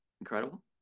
incredible